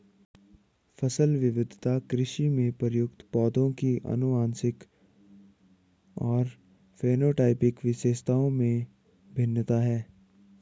फसल विविधता कृषि में प्रयुक्त पौधों की आनुवंशिक और फेनोटाइपिक विशेषताओं में भिन्नता है